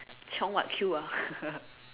chiong what queue ah